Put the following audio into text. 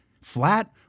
Flat